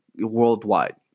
worldwide